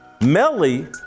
Melly